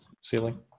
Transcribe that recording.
ceiling